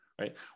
right